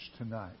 tonight